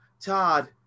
Todd